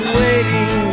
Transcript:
waiting